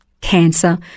cancer